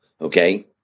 Okay